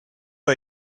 are